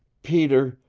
peter,